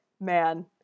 Man